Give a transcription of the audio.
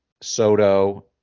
Soto